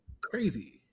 crazy